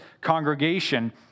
congregation